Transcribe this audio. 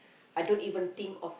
I don't even think of